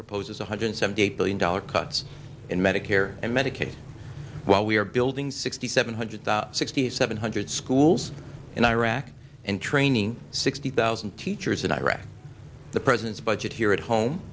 proposes one hundred seventy eight billion dollars cuts in medicare and medicaid while we are building sixty seven hundred sixty seven hundred schools in iraq and training sixty thousand teachers in iraq the president's budget here at home